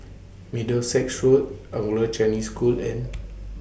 Middlesex Road Anglo Chinese School and